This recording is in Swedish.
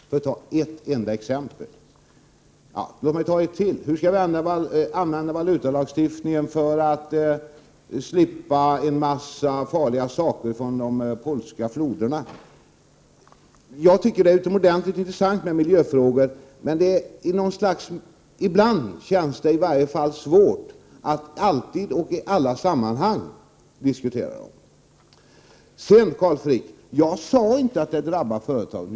Hur skall vi använda valutalagstiftningen för att slippa en massa farliga saker från de polska floderna? Det är utomordentligt intressant med miljöfrågor, men ibland känns det svårt att i alla sammanhang och alltid diskutera dem. Jag sade inte, Carl Frick, att det drabbar företagen.